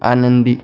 आनंदी